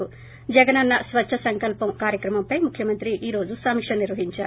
జగనన్న స్వచ్చ సంకల్పం కార్యక్రమంపై ముఖ్యమంత్రి ఈ రోజు సమీక్ష నిర్వహించారు